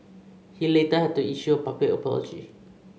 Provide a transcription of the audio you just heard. he later had to issue a public apology